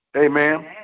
Amen